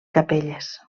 capelles